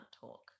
talk